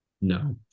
no